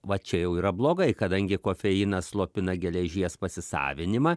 va čia jau yra blogai kadangi kofeinas slopina geležies pasisavinimą